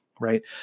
right